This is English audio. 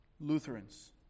Lutherans